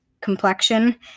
complexion